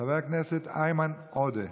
חבר הכנסת איימן עודה,